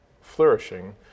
flourishing